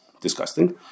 disgusting